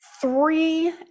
three